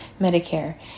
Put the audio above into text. Medicare